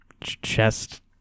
chest